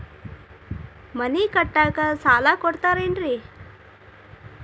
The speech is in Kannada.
ಮನಿ ಕಟ್ಲಿಕ್ಕ ಸಾಲ ಕೊಡ್ತಾರೇನ್ರಿ?